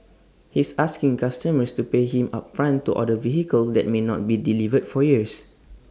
he's asking customers to pay him upfront to order vehicles that may not be delivered for years